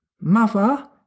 Mother